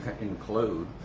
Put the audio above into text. include